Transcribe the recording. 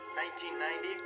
1990